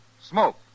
Smoke